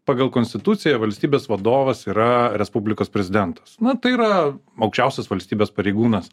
pagal konstituciją valstybės vadovas yra respublikos prezidentas na tai yra aukščiausias valstybės pareigūnas